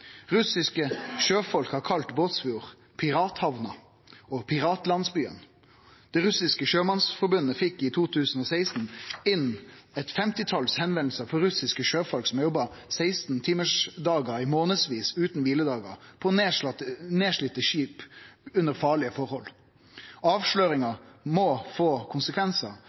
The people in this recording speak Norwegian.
Russiske sjøfolk har kalla Båtsfjord «pirathamna» og «piratlandsbyen». Det russiske sjømannsforbundet fekk i 2016 inn eit femtital meldingar frå russiske sjøfolk som hadde jobba 16-timarsdagar i månadsvis utan kviledagar, på nedslitne skip, under farlege forhold. Avsløringa må få konsekvensar.